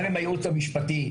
גם עם הייעוץ המשפטי,